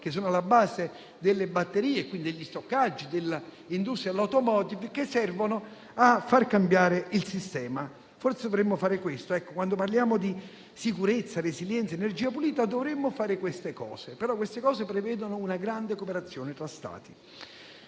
che sono alla base delle batterie e quindi degli stoccaggi dell'industria dell'*automotive*, che servono a far cambiare il sistema. Forse dovremmo fare questo. Ecco, quando parliamo di sicurezza, resilienza ed energia pulita, dovremmo fare queste cose; però queste cose prevedono una grande cooperazione tra Stati.